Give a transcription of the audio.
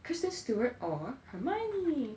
kristen stewart or hermione